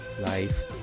life